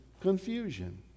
confusion